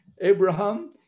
Abraham